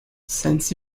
since